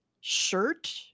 shirt